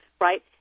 right